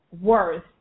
worth